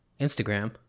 Instagram